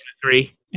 three